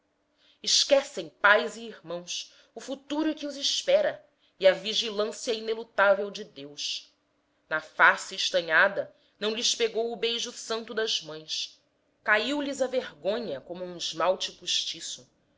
esquecem pais e irmãos o futuro que os espera e a vigilância inelutável de deus na face estanhada não lhes pegou o beijo santo das mães caiu lhes a vergonha como um esmalte postiço